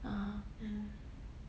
ah